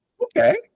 Okay